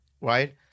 Right